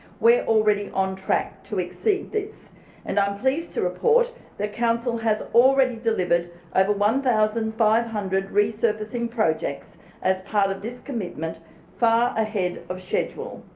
we're already on track to exceed this and i'm pleased to report that council has already delivered over one thousand five hundred resurfacing projects as part of this commitment far ahead of schedule.